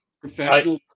professional